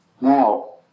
now